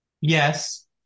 Yes